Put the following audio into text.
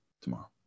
tomorrow